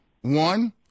one